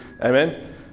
Amen